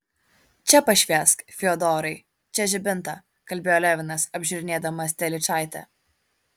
čia pašviesk fiodorai čia žibintą kalbėjo levinas apžiūrinėdamas telyčaitę